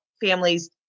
families